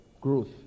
growth